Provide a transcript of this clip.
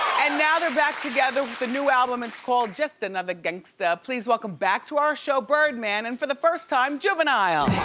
and now they're back together with a new album, it's called just another gangsta. please welcome back to our show birdman and for the first time juvenile.